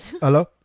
Hello